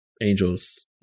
angels